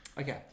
Okay